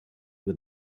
with